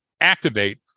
activate